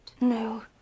No